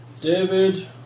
David